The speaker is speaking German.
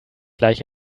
gleich